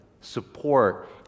support